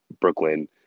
Brooklyn